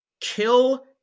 kill